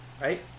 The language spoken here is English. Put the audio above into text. Right